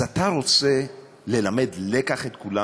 אז אתה רוצה ללמד לקח את כולם?